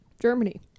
Germany